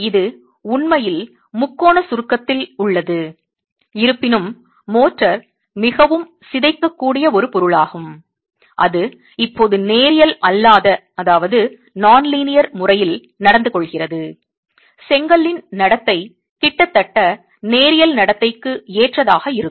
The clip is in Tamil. இது உண்மையில் முக்கோண சுருக்கத்தில் உள்ளது இருப்பினும் மோர்டார் மிகவும் சிதைக்கக்கூடிய ஒரு பொருளாகும் அது இப்போது நேரியல் அல்லாத முறையில் நடந்து கொள்கிறது செங்கல்லின் நடத்தை கிட்டத்தட்ட நேரியல் நடத்தைக்கு ஏற்றதாக இருக்கும்